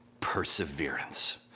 perseverance